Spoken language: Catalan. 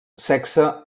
sexe